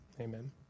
amen